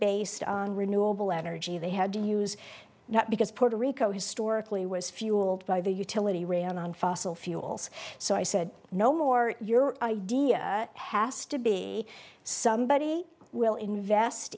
based on renewable energy they had to use that because puerto rico historically was fueled by the utility ran on fossil fuels so i said no more your idea has to be somebody will invest